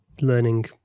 learning